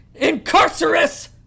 Incarcerus